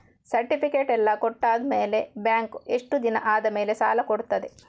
Certificate ಎಲ್ಲಾ ಕೊಟ್ಟು ಆದಮೇಲೆ ಬ್ಯಾಂಕ್ ಎಷ್ಟು ದಿನ ಆದಮೇಲೆ ಸಾಲ ಕೊಡ್ತದೆ?